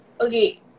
Okay